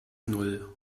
null